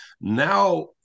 now